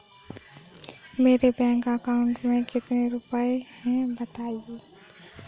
मेरे bank account में कितने रुपए हैं बताएँ?